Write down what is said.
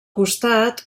costat